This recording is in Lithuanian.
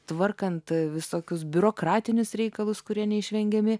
tvarkant visokius biurokratinius reikalus kurie neišvengiami